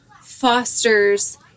fosters